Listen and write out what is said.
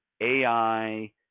AI